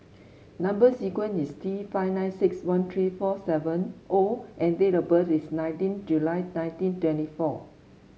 number sequence is T five nine six one three four seven O and date of birth is nineteen July nineteen twenty four